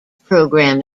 program